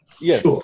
Yes